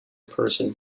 person